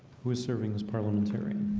who is serving this parliamentarian?